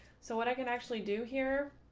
so what i can actually do here.